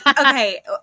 Okay